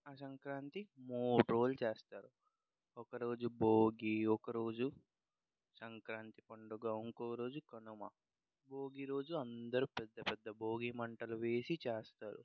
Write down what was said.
ఆ సంక్రాంతి మూడు రోజులు చేస్తారు ఒక రోజు భోగి ఒక రోజు సంక్రాంతి పండుగ ఇంకోరోజు కనుమ భోగి రోజు అందరూ పెద్ద పెద్ద భోగి మంటలు వేసి చేస్తారు